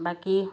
বাকী